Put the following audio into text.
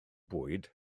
bwyd